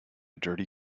dirty